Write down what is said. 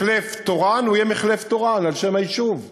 מחלף טורעאן יהיה מחלף טורעאן, על שם היישוב,